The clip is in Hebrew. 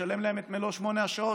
מחויבים לשלם להם את מלוא שמונה השעות,